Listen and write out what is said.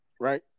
right